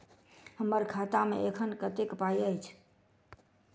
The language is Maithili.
हम्मर खाता मे एखन कतेक पाई अछि?